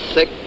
Sick